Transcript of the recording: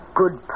good